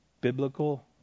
biblical